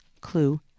Clue